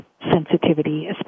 sensitivity